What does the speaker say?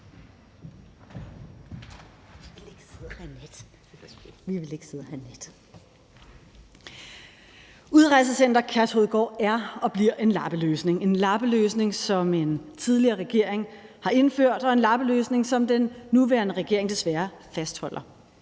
Kl. 15:19 (Ordfører) Pernille Vermund (NB): Udrejsecenter Kærshovedgård er og bliver en lappeløsning – en lappeløsning, som en tidligere regering har indført, og en lappeløsning, som den nuværende regering desværre fastholder.